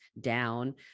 down